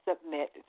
submit